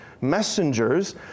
messengers